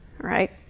Right